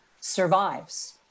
survives